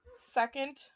Second